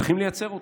צריכים לייצר אותה.